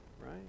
right